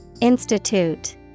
Institute